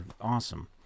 awesome